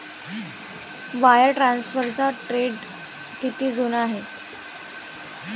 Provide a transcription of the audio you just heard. Wire ट्रान्सफरचा trend किती जुना आहे?